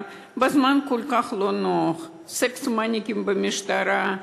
בזמן כל כך לא נוח: סקס-מניאקים במשטרה,